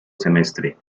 semestre